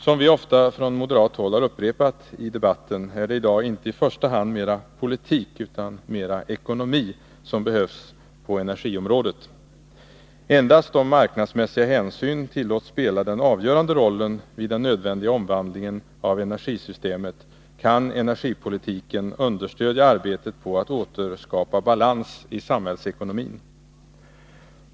Som vi ofta från moderat håll har upprepat i debatten är det i dag inte i första hand mera politik utan mera ekonomi som behövs på energiområdet. Endast om marknadsmässiga hänsyn tillåts spela den avgörande rollen vid den nödvändiga omvandlingen av energisystemet kan energipolitiken understödja arbetet på att återskapa balans i samhällsekonomin.